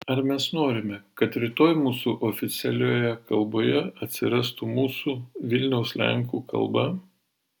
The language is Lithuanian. ar mes norime kad rytoj mūsų oficialioje kalboje atsirastų mūsų vilniaus lenkų kalba